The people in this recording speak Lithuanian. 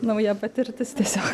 nauja patirtis tiesiog